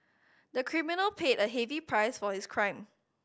the criminal paid a heavy price for his crime